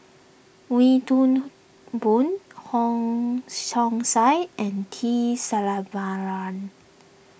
Wee Toon Boon Wong Chong Sai and T Sasitharan